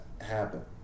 happen